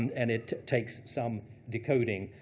and it takes some decoding.